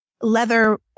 leather